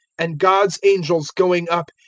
and god's angels going up,